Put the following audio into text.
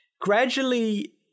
Gradually